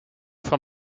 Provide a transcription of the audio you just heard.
from